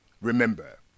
remember